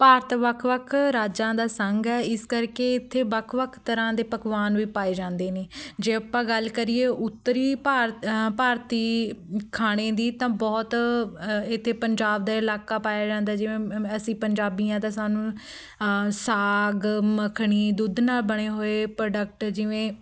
ਭਾਰਤ ਵੱਖ ਵੱਖ ਰਾਜਾਂ ਦਾ ਸੰਘ ਹੈ ਇਸ ਕਰਕੇ ਇੱਥੇ ਵੱਖ ਵੱਖ ਤਰ੍ਹਾਂ ਦੇ ਪਕਵਾਨ ਵੀ ਪਾਏ ਜਾਂਦੇ ਨੇ ਜੇ ਆਪਾਂ ਗੱਲ ਕਰੀਏ ਉੱਤਰੀ ਭਾਰ ਭਾਰਤੀ ਖਾਣੇ ਦੀ ਤਾਂ ਬਹੁਤ ਇੱਥੇ ਪੰਜਾਬ ਦਾ ਇਲਾਕਾ ਪਾਇਆ ਜਾਂਦਾ ਜਿਵੇਂ ਅ ਅਸੀਂ ਪੰਜਾਬੀ ਹਾਂ ਤਾਂ ਸਾਨੂੰ ਸਾਗ ਮੱਖਣੀ ਦੁੱਧ ਨਾਲ਼ ਬਣੇ ਹੋਏ ਪ੍ਰੋਡਕਟ ਜਿਵੇਂ